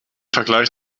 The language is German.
vergleich